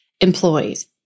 employees